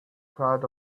crowd